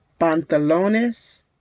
pantalones